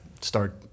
start